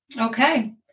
Okay